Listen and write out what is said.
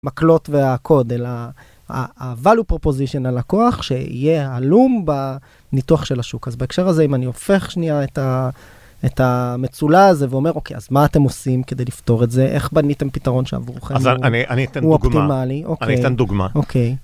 מקלות והקוד אלא ה-value proposition ללקוח, שיהיה הלום בניתוח של השוק. אז בהקשר הזה, אם אני הופך שנייה את המצולע הזה ואומר, אוקיי, אז מה אתם עושים כדי לפתור את זה? איך בניתם פתרון שעבורכם הוא אופטימלי? אני אתן דוגמה. אוקיי.